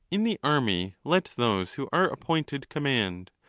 in the army let those who are appointed command,